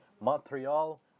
Montreal